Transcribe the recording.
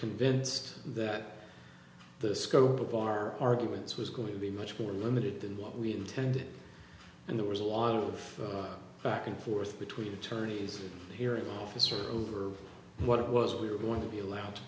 convinced that the scope of our arguments was going to be much more limited than what we intended and there was a lot of back and forth between the attorneys hearing officer over what it was we were going to be allowed to